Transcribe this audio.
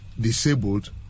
disabled